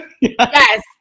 Yes